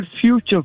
future